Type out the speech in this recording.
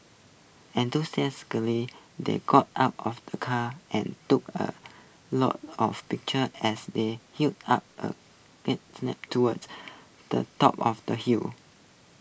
enthusiastically they got out of the car and took A lot of pictures as they hiked up A towards the top of the hill